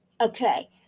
Okay